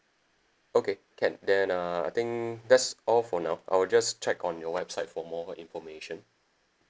okay can then uh I think that's all for now I'll just check on your website for more information